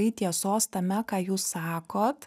tai tiesos tame ką jūs sakot